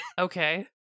Okay